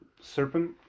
serpent